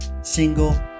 single